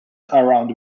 around